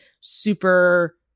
super